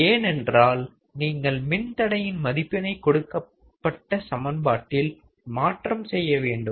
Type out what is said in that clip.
ஏனென்றால் நீங்கள் மின் தடையின் மதிப்பினை கொடுக்கப்பட்ட சமன்பாட்டில் மாற்றம் செய்யவேண்டும்